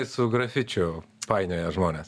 su grafičių painioja žmonės